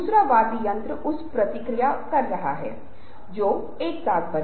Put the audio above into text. अब मैं "मै' के आदत के बारे में बात कर रहा हूं